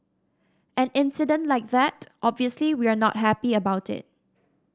an incident like that obviously we are not happy about it